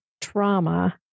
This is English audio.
trauma